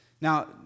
Now